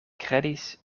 kredis